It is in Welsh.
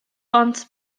bont